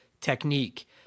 technique